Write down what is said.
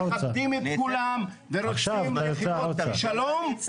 מכבדים את כולם ורוצים --- של שלום עם כולם.